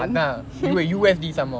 அதான்:athaan U~ U_S_D some more